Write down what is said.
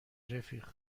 رفیق